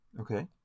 Okay